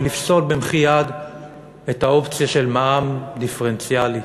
ולפסול במחי יד את האופציה של מע"מ דיפרנציאלי,